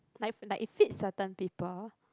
like like it fits certain people